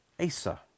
Asa